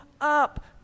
up